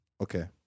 Okay